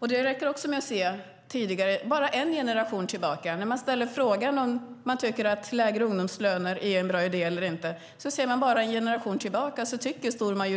När man frågar människor om de tycker att lägre ungdomslöner är en bra idé eller inte tycker en stor majoritet av de människor som representerar en generation tillbaka i